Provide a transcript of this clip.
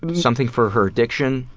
something for her addiction?